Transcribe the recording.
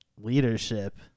leadership